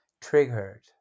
triggered